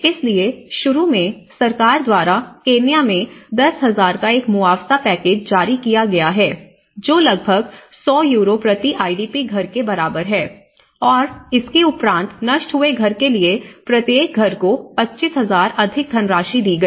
इसलिए शुरू में सरकार द्वारा केन्या में 10000 का एक मुआवजा पैकेज जारी किया गया है जो लगभग 100 यूरो प्रति आईडीपी घर के बराबर है और इसके उपरांत नष्ट हुए घर के लिए प्रत्येक घर को 25000 अधिक धनराशि दी गई